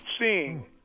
seeing